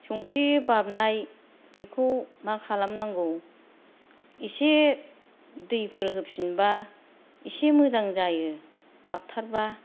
संख्रि बाबनाय बेखौ मा खालामनांगौ एसे दैफोर होफिनबा एसे मोजां जायो बाबथारबा